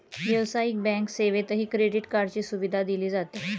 व्यावसायिक बँक सेवेतही क्रेडिट कार्डची सुविधा दिली जाते